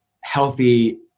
healthy